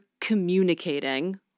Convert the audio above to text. communicating